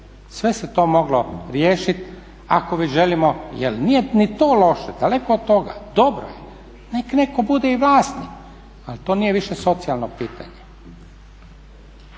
Sve se to moglo riješiti ako već želimo jer nije ni to loše, daleko od toga, dobro je, nek netko bude i vlasnik ali to nije više socijalno pitanje.